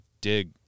dig